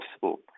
possible